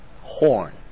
horn